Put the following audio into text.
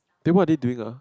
then what they doing ah